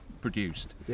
produced